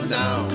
now